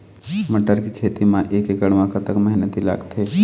मटर के खेती म एक एकड़ म कतक मेहनती लागथे?